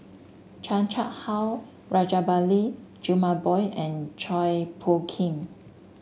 Chan Chang How Rajabali Jumabhoy and Chua Phung Kim